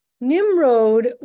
Nimrod